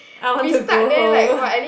I want to go home